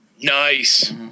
Nice